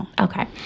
Okay